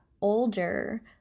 older